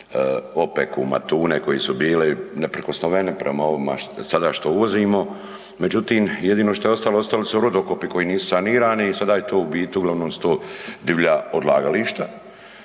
opeku, matune koji su bili, neprikosnoveni prema ovima što sada uvozimo, međutim, jedino što je ostalo, ostali su rudokopi koji su nisu sanirani i sada je to u biti uglavnom su to divlja odlagališta,